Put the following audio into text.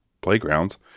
playgrounds